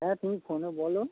হ্যাঁ তুমি ফোনে বলো